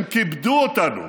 הם כיבדו אותנו,